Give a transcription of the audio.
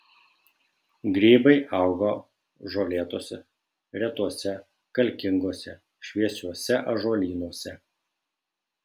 grybai auga žolėtuose retuose kalkinguose šviesiuose ąžuolynuose